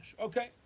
Okay